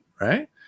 right